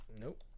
Nope